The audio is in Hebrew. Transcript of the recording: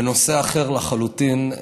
בנושא אחר לחלוטין,